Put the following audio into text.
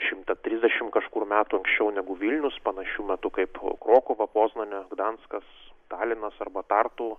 šimtą trisdešimt kažkur metų anksčiau negu vilnius panašiu metu kaip krokuva poznanė gdanskas talinas arba tartu